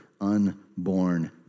unborn